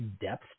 depth